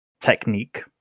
technique